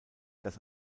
das